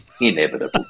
Inevitable